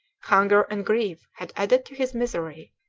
hunger and grief had added to his misery,